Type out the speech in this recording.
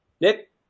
Nick